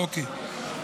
אוקיי.